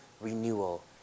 renewal